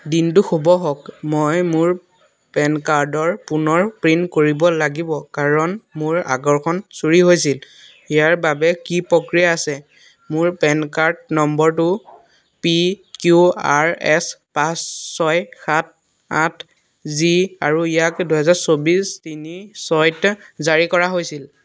দিনটো শুভ হওক মই মোৰ পেন কাৰ্ডৰ পুনৰ প্ৰিণ্ট কৰিব লাগিব কাৰণ মোৰ আগৰখন চুৰি হৈছিল ইয়াৰ বাবে কি প্ৰক্ৰিয়া আছে মোৰ পেন কাৰ্ড নম্বৰটো পি কিউ আৰ এছ পাঁচ ছয় সাত আঠ জি আৰু ইয়াক দুহেজাৰ চৌবিছ তিনি ছয়ত জাৰী কৰা হৈছিল